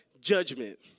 Judgment